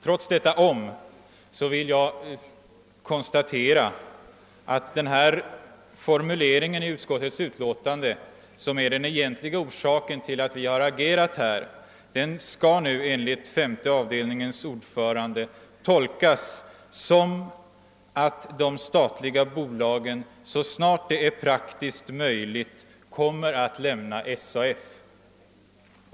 Trots detta »om» vill jag konstatera att den formulering i utskottets utlåtande, som är den egentliga orsaken till att vi har agerat i denna fråga, enligt femte avdelningens ordförande nu skall tolkas så, att de statliga bolagen så snart det är praktiskt möjligt kommer att lämna SAF.